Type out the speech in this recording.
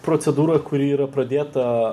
procedūra kuri yra pradėta